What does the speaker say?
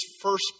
first